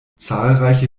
zahlreiche